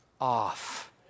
off